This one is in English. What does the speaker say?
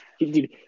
Dude